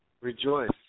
rejoice